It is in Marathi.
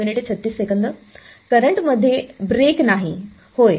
करंट मध्ये ब्रेक नाही होय